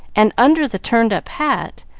and, under the turned-up hat,